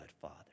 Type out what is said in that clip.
Father